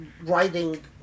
writing